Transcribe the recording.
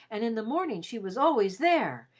and in the morning she was always there,